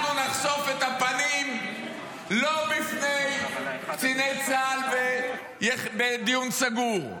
אנחנו נחשוף את הפנים לא בפני קציני צה"ל ובדיון סגור,